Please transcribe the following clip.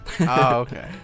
okay